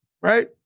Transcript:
right